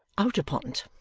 out upon't,